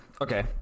Okay